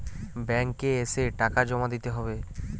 Bank এ এসে টাকা জমা দিতে হবে?